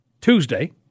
Tuesday